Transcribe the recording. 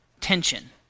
tension